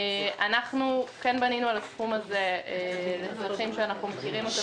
אנחנו כן בנינו על הסכום הזה צרכים שאנחנו מכירים אותם.